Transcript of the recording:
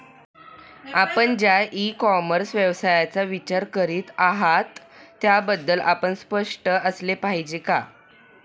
आपण ज्या e commerce व्यवसायाचा विचार करीत आहात त्याबद्दल आपण स्पष्ट असले पाहिजे का?